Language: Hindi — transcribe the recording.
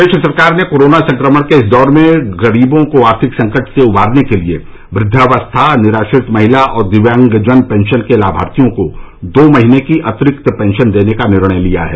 प्रदेश सरकार ने कोरोना संक्रमण के इस दौर में गरीबों को आर्थिक संकट से उबारने के लिए वृद्वावस्था निराश्रित महिला और दिव्यांगजन पेंशन के लाभार्थियों को दो महीने की अतिरिक्त पेंशन देने का निर्णय लिया है